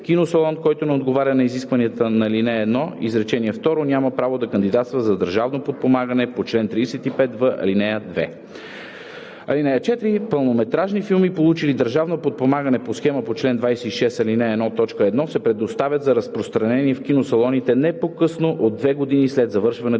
Киносалон, който не отговаря на изискванията на ал. 1, изречение второ, няма право да кандидатства за държавно подпомагане по чл. 35в, ал. 2. (4) Пълнометражни филми, получили държавно подпомагане по схема по чл. 26, ал. 1, т. 1, се предоставят за разпространение в киносалоните не по-късно от две години след завършването